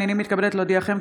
הינני מתכבדת להודיעכם,